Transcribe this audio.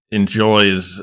enjoys